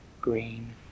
green